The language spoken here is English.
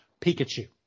Pikachu